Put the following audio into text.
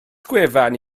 gwefan